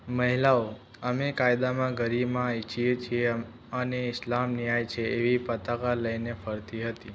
મહિલાઓ અમે કાયદામાં ગરિમા ઈચ્છીએ છીએ અને ઈસ્લામ ન્યાય છે એવી પતાકા લઈને ફરતી હતી